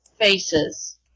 faces